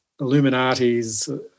Illuminatis